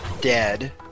dead